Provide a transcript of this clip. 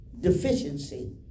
deficiency